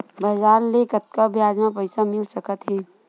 बजार ले कतका ब्याज म पईसा मिल सकत हे?